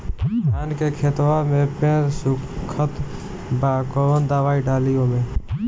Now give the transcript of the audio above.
धान के खेतवा मे पेड़ सुखत बा कवन दवाई डाली ओमे?